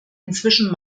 inzwischen